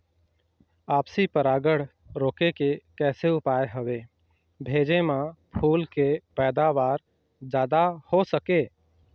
आपसी परागण रोके के कैसे उपाय हवे भेजे मा फूल के पैदावार जादा हों सके?